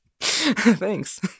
thanks